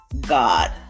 God